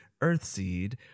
earthseed